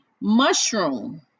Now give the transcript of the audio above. mushroom